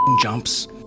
jumps